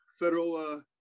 federal